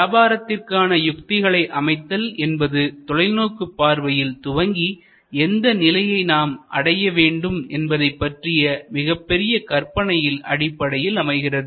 வியாபாரத்திற்கான யுக்திகளை அமைத்தல் என்பது தொலைநோக்கு பார்வையில் துவங்கி எந்த நிலையை நாம் அடைய வேண்டும் என்பதைப் பற்றிய மிகப்பெரிய கற்பனையின் அடிப்படையில் அமைகிறது